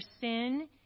sin